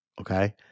Okay